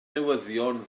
newyddion